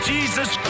Jesus